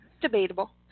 debatable